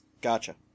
gotcha